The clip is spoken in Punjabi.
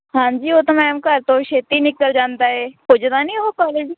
ਹਾਂਜੀ ਉਹ ਤਾਂ ਮੈਮ ਘਰ ਤੋਂ ਹੀ ਛੇਤੀ ਨਿੱਕਲ ਜਾਂਦਾ ਹੈ ਪੁੱਜਦਾ ਨਹੀਂ ਉਹ ਕੋਲਿਜ